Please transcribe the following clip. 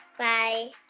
bye